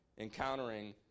encountering